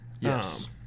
Yes